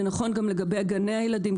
זה נכון גם לגבי גני ילדים,